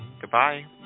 Goodbye